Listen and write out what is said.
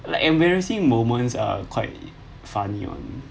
like embarrassing moments are quite funny only